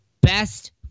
best